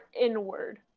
inward